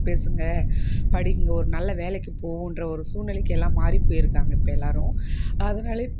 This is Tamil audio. பேசுங்க படிக்குங்க ஒரு நல்ல வேலைக்கு போகுன்ற ஒரு சூழ்நிலைக்கு எல்லாம் மாறி போயிருக்காங்க இப்போ எல்லாரும் அதனால்